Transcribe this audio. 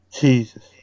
Jesus